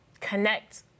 connect